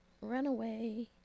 Runaway